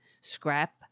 scrap